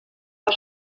que